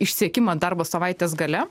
išsekimą darbo savaitės gale